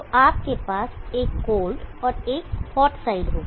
तो आपके पास एक कोल्ड और हॉट साइड होगा